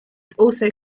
also